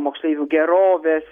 moksleivių gerovės